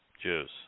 Jews